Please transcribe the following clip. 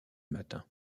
matins